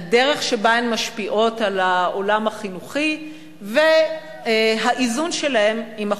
הדרך שבה הן משפיעות על העולם החינוכי והאיזון שלהן עם החובות.